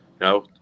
No